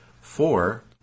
four